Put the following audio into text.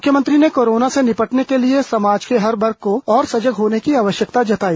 मुख्यमंत्री ने कोरोना से निपटने के लिए समाज के हर वर्ग को और सजग होने की आवश्यकता जताई